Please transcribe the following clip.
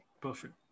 Perfect